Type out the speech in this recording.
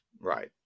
Right